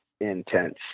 intense